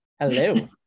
Hello